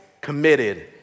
committed